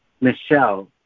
Michelle